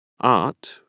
Art